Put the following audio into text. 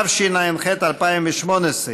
התשע"ח 2018,